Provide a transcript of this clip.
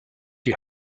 die